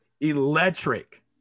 electric